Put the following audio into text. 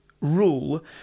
rule